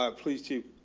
um please cheap.